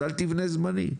אז אל תבנה זמני,